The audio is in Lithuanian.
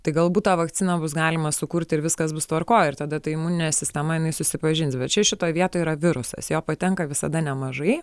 tai galbūt tą vakciną bus galima sukurti ir viskas bus tvarkoj ir tada ta imuninė sistema jinai susipažins bet čia šitoj vietoj yra virusas jo patenka visada nemažai